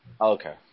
Okay